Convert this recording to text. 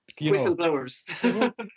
whistleblowers